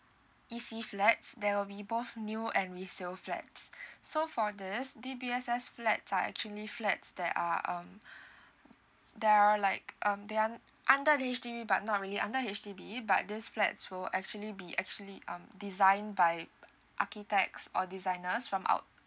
E_C flats there will be both new and resell flat so for this D_B_S_S flats are actually flats there are um there're like um they are under the H_D_B but not really under H_D_B but this flat will actually be actually um design by architects or designers from out